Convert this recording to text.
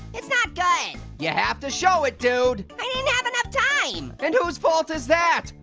it's not good. you have to show it, dude. i didn't have enough time. and whose fault is that?